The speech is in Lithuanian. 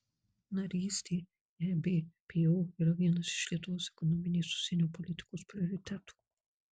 narystė ebpo yra vienas iš lietuvos ekonominės užsienio politikos prioritetų